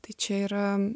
tai čia yra